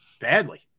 badly